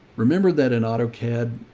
remember that in autocad,